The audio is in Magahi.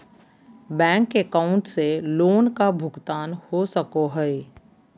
बैंक अकाउंट से लोन का भुगतान हो सको हई?